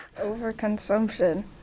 Overconsumption